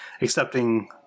accepting